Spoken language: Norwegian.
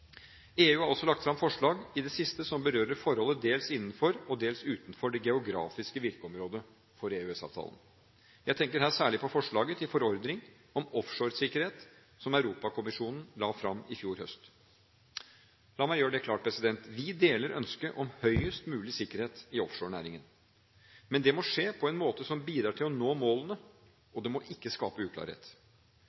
EU har også lagt fram forslag i det siste som berører forhold dels innenfor og dels utenfor det geografiske virkeområdet for EØS-avtalen. Jeg tenker her særlig på forslaget til forordning om offshore sikkerhet, som Europakommisjonen la fram i fjor høst. La meg gjøre det klart: Vi deler ønsket om høyest mulig sikkerhet i offshorenæringen, men det må skje på en måte som bidrar til å nå målene,